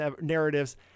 narratives